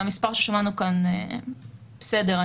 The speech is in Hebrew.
והמספר ששמענו כאן בסדר,